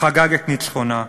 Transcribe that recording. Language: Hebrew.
חגג את ניצחונה.